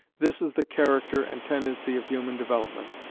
this is the character and tendency of human development,